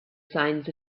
signs